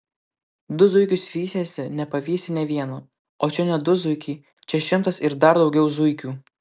du zuikius vysiesi nepavysi nė vieno o čia ne du zuikiai čia šimtas ir dar daugiau zuikių